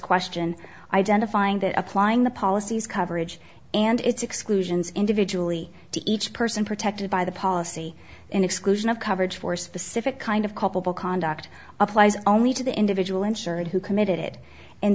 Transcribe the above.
question identifying that applying the policies coverage and its exclusions individually to each person protected by the policy and exclusion of coverage for a specific kind of culpable conduct applies only to the individual insured who committed i